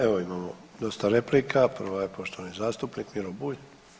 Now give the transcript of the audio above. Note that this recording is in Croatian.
Evo imamo dosta replika, prva je poštovani zastupnik Miro Bulj.